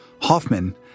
Hoffman